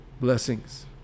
blessings